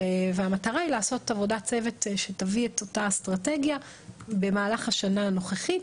המטרה היא לעשות עבודת צוות שתביא את אותה אסטרטגיה במהלך השנה הנוכחית,